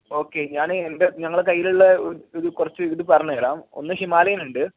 okay ഞാൻ എൻ്റെ ഞങ്ങളുടെ കയ്യിലുള്ള ഇത് കുറച്ച് ഇത് പറഞ്ഞ് തരാം ഒന്ന് ഹിമാലയനൊണ്ട്